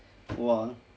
!wah!